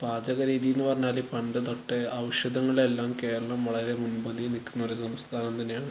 പാചക രീതി എന്ന് പറഞ്ഞാല് പണ്ട് തൊട്ടേ ഔഷധങ്ങളെല്ലാം കേരളം വളരെ മുൻപന്തിയിൽ നിൽക്കുന്നൊരു സംസ്ഥാനം തന്നെയാണ്